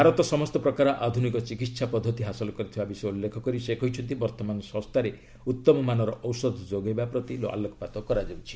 ଭାରତ ସମସ୍ତ ପ୍ରକାର ଆଧୁନିକ ଚିକିତ୍ସା ପଦ୍ଧତି ହାସଲ କରିଥିବା ବିଷୟ ଉଲ୍ଲେଖ କରି ସେ କହିଛନ୍ତି ବର୍ତ୍ତମାନ ଶସ୍ତାରେ ଉତ୍ତମ ମାନର ଔଷଧ ଯୋଗାଇବା ପ୍ରତି ଆଲୋକପାତ କରାଯାଉଛି